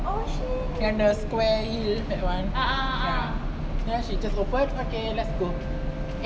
and the square heel that [one] ya then she just open okay let's go